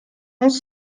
onze